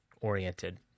oriented